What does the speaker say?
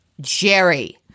Jerry